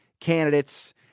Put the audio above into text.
candidates